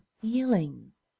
feelings